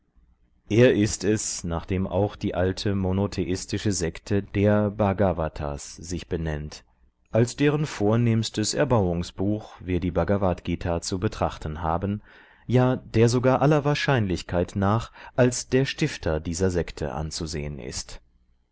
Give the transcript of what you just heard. er ist es nach dem auch die alte monotheistische sekte der bhgavatas sich benennt als deren vornehmstes erbauungsbuch wir die bhagavadgt zu betrachten haben ja der sogar aller wahrscheinlichkeit nach als der stifter dieser sekte anzusehen ist